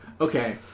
Okay